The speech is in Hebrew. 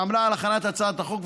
שעמלה על הכנת הצעת החוק,